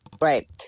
Right